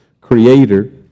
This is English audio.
Creator